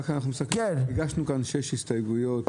הגשנו כאן שש הסתייגויות,